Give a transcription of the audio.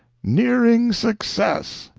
nearing success.